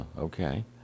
okay